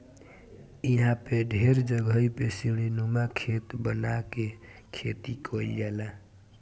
इहां पे ढेर जगही पे सीढ़ीनुमा खेत बना के खेती कईल जाला